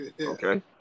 Okay